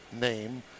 name